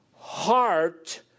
heart